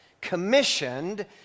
commissioned